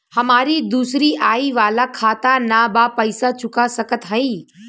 हमारी दूसरी आई वाला खाता ना बा पैसा चुका सकत हई?